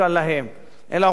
אלא הוכח שהיא לא להם.